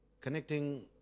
connecting